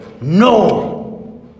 No